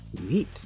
Neat